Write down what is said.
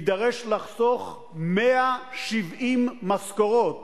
יידרש לחסוך 170 משכורות.